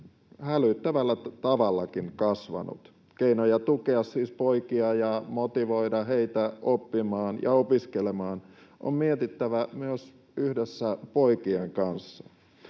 hälyttävällä tavallakin kasvanut. Keinoja tukea siis poikia ja motivoida heitä oppimaan ja opiskelemaan on mietittävä myös yhdessä poikien kanssa.